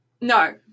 No